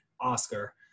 oscar